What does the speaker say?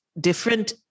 different